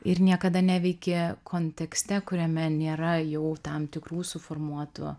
ir niekada neveiki kontekste kuriame nėra jau tam tikrų suformuotų